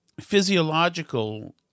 physiological